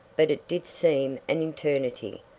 but it did seem an eternity.